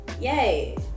yay